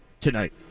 tonight